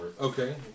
Okay